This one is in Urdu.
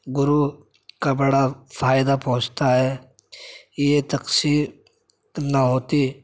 گرو کا بڑا فائدہ پہنچتا ہے یہ تقسیم نہ ہوتی